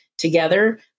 together